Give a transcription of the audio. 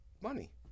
money